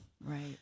Right